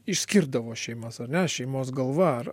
išskirdavo šeimas ar ne šeimos galva ar